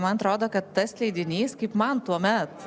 man atrodo kad tas leidinys kaip man tuomet